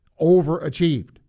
overachieved